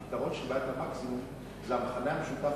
הפתרון של בעיית המקסימום זה המכנה המשותף